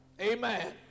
Amen